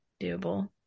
doable